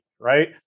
right